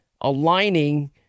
aligning